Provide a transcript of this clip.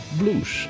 blues